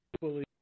fully